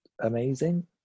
amazing